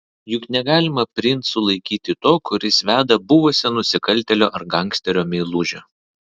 juk negalima princu laikyti to kuris veda buvusią nusikaltėlio ar gangsterio meilužę